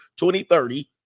2030